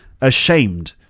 ashamed